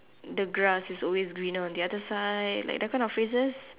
the grass is always greener on the other side like those type of phrases